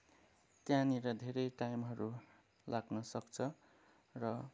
त्यहाँनिर धेरै टाइमहरू लाग्नसक्छ र